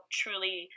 truly